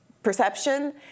perception